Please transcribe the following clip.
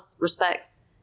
respects